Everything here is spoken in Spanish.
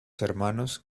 hermanos